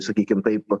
sakykim taip